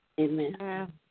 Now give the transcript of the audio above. Amen